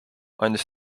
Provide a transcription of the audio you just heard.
andis